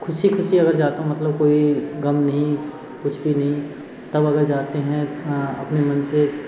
ख़ुशी ख़ुशी अगर जाता हूँ मतलब कोई ग़म नहीं कुछ भी नहीं तब अगर जाते हैं अपने मन से